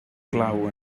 glaw